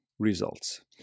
results